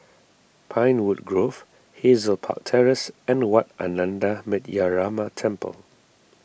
Pinewood Grove Hazel Park Terrace and Wat Ananda Metyarama Temple